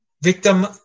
Victim